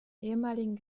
ehemaligen